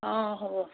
অঁ অঁ হ'ব